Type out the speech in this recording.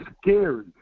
scary